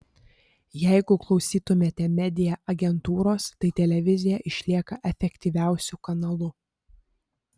jeigu klausytumėte media agentūros tai televizija išlieka efektyviausiu kanalu